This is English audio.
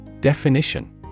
Definition